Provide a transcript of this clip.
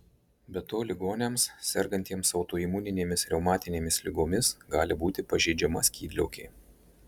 be to ligoniams sergantiems autoimuninėmis reumatinėmis ligomis gali būti pažeidžiama skydliaukė